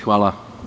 Hvala.